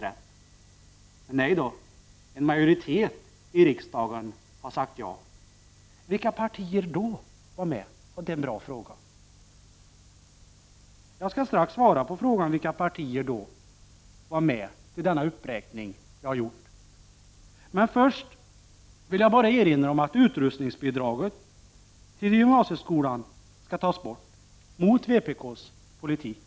Men nej då, en majoritet i riksdagen har sagt ja. Vilka partier var med? Det är en bra fråga. Jag skall strax svara på frågan vilka partier som var med i den uppräkning jag har gjort. Men först vill jag bara erinra om att utrustningsbidraget till gymnasieskolan skall tas bort, mot vpk:s politik.